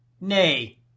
Nay